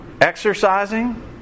exercising